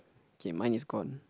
okay mine is gone